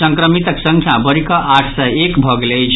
संक्रमितक संख्या बढ़िकऽ आठ सय एक भऽ गेल अछि